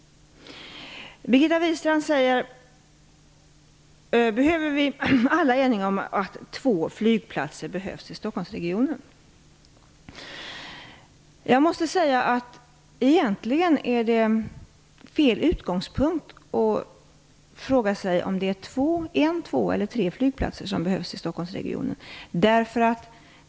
Birgitta Wistrand säger att alla är eniga om att det behövs två flygplatser i Stockholmsregionen. Jag måste säga att det egentligen är fel utgångspunkt att fråga sig om det är en, två eller tre flygplatser som behövs i Stockholmsregionen.